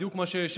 בדיוק מה שהאשמת.